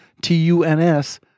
T-U-N-S